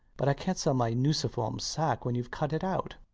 but i cant sell my nuciform sac when youve cut it out.